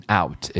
out